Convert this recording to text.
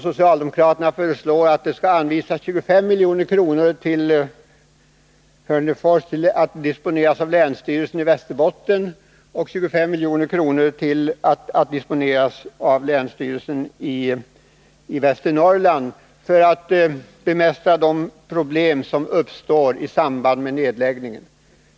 Socialdemokraterna föreslår att det skall anvisas 25 milj.kr. till Hörnefors, att disponeras av länsstyrelsen i Västerbotten, och 25 milj.kr. att disponeras av länsstyrelsen i Västernorrland för att bemästra de problem som uppstår i samband med nedläggningen.